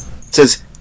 says